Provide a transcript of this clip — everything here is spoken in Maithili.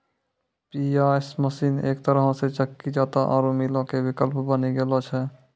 पिशाय मशीन एक तरहो से चक्की जांता आरु मीलो के विकल्प बनी गेलो छै